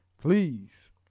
Please